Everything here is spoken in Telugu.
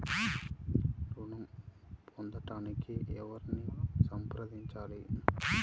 ఋణం పొందటానికి ఎవరిని సంప్రదించాలి?